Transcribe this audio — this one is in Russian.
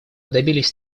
добились